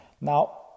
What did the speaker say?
Now